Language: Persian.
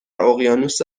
اقیانوس